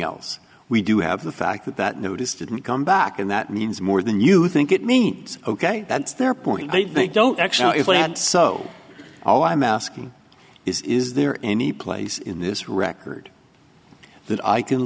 else we do have the fact that that notice didn't come back and that means more than you think it means ok that's their point they don't actually know if they had so all i'm asking is is there any place in this record that i can